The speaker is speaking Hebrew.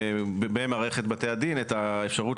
שתקדמו במערכת בתי הדין את האפשרות